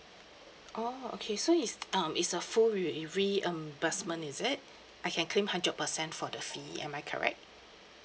oh okay so is um is a full reimbursement is it I can claim hundred percent for the fee am I correct